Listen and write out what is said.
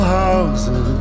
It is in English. houses